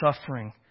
suffering